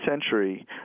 century